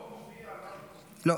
לא מופיע, לא.